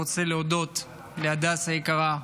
להודות להדס היקרה,